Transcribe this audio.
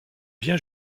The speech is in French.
bien